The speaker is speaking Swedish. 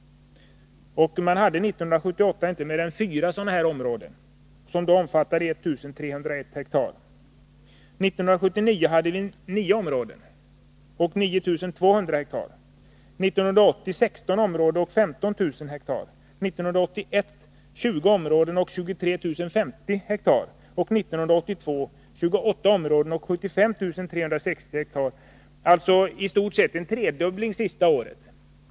Vi hade 1978 inte mer än fyra naturvårdsområden, som omfattade 1 300 ha. År 1979 hade vi nio områden med 9 200 ha, 1980 16 områden med 15 000 ha, 1981 20 områden med 23 050 ha och 1982 28 områden med 75 360 ha — alltså i stort sett en tredubbling det senaste året.